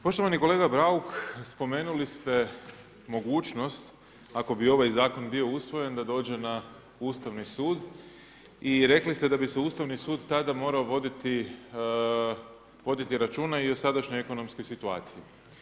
Poštovani kolega Bauk, spomenuli ste mogućnost ako bi ovaj Zakon bio usvojen da dođe na Ustavni sud i rekli ste da bi se Ustavni sud tada morao voditi, voditi računa i o sadašnjoj ekonomskoj situaciji.